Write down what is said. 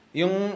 yung